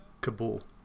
Kabul